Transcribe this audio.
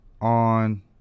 on